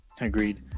Agreed